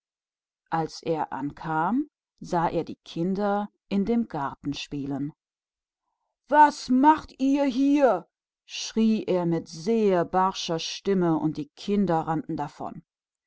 als er nach hause kam sah er die kinder in seinem garten spielen was tut ihr hier rief er sehr mürrisch und die kinder